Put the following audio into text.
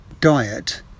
diet